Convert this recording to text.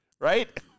right